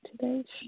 today